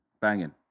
Banging